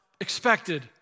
expected